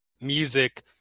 music